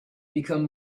become